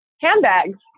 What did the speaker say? handbags